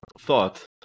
thought